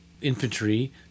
Infantry